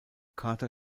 carter